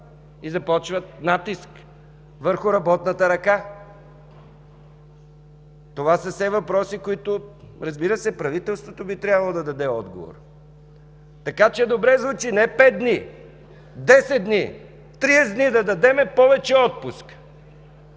и започват натиск върху работната ръка. Това са все въпроси, на които, разбира се, правителството би трябвало да даде отговор. Така че добре звучи – не 5 дни, 10 дни, 30 дни да дадем повече отпуск!